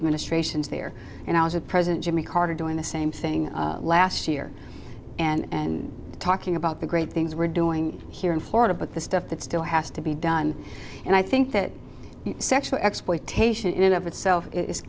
administrations there and i was a president jimmy carter doing the same thing last year and talking about the great things we're doing here in florida but the stuff that still has to be done and i think that sexual exploitation in and of itself is